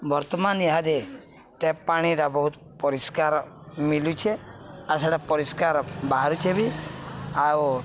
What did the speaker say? ବର୍ତ୍ତମାନ ଏହାଦେ ଟ୍ୟାପ୍ ପାଣିର ବହୁତ ପରିଷ୍କାର ମିଲୁଛେ ଆର୍ ସେଟା ପରିଷ୍କାର ବାହାରୁଛେ ବି ଆଉ